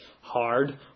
hard